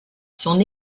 son